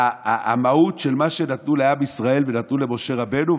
המהות של מה שנתנו לעם ישראל ונתנו למשה רבנו,